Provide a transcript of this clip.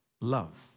love